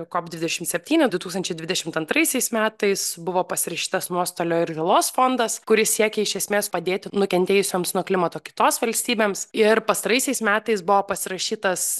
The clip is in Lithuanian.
kop dvidešim septyni du tūkstančiai dvidešimt antraisiais metais buvo pasirašytas nuostolio ir žalos fondas kuris siekia iš esmės padėti nukentėjusioms nuo klimato kaitos valstybėms ir pastaraisiais metais buvo pasirašytas